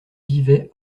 vivait